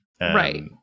right